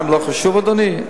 אדוני,